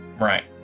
Right